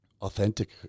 authentic